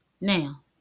Now